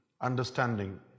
understanding